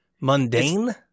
mundane